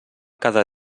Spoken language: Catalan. cada